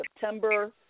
September